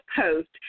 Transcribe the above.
Post